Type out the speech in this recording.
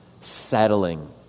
Settling